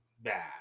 bad